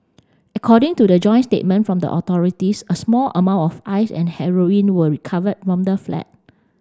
according to the joint statement from the authorities a small amount of Ice and heroin were recovered from the flat